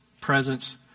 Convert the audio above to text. presence